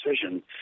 decision